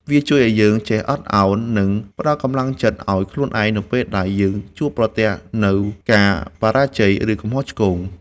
វាជួយឱ្យយើងចេះអត់ឱន និងផ្ដល់កម្លាំងចិត្តឱ្យខ្លួនឯង នៅពេលដែលយើងជួបប្រទះនូវការបរាជ័យ ឬកំហុសឆ្គង។